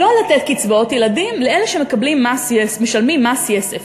לא לתת קצבאות ילדים לאלה שמשלמים מס יסף,